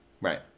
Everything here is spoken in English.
Right